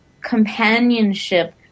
companionship